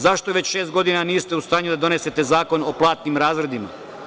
Zašto već šest godina niste u stanju da donesete Zakon o platnim razredima.